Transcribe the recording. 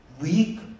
weak